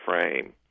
frame